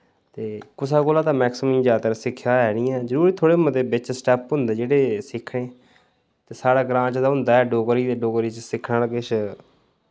ते कुसै कोला ते मैक्सिमम जैदातर सिक्खेआ है निं ऐ जरूरी थोह्ड़े मते बिच स्टैप्प होंदे जेह्ड़े सिक्खने ते साढ़े ग्रां च ते होंदा ऐ डोगरी ते डोगरी च सिक्खने आह्ला किश